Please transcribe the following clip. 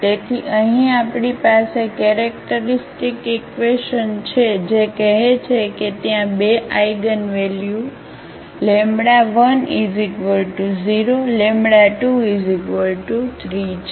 તેથી અહીં આપણી પાસે આ કેરેક્ટરિસ્ટિક ઈક્વેશન છે જે કહે છે કે ત્યાં બે આઇગનવેલ્યુ 1023 છે